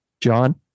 John